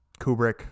Kubrick